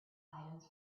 items